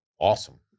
Awesome